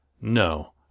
No